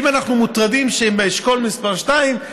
ואם אנחנו מוטרדים שהם באשכול מס' 2,